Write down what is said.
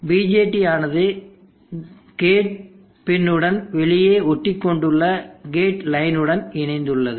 BJT ஆனது gate pin உடன் வெளியே ஒட்டிக் கொண்டுள்ள கேட் லைனுடன் இணைந்துள்ளது